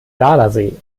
gardasee